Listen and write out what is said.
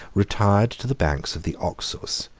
retired to the banks of the oxus,